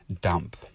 dump